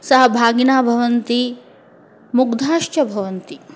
सहभागिनः भवन्ति मुग्धाश्च भवन्ति